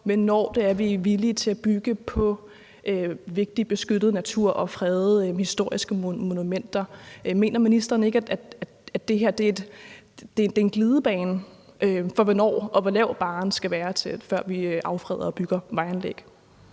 hvornår det er, vi er villige til at bygge på vigtig beskyttet natur og fredede historiske monumenter. Mener ministeren ikke, at det her er en glidebane, i forhold til hvor lav barren skal være, før vi affreder og bygger vejanlæg?